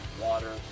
water